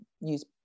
use